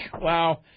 Wow